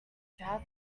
travels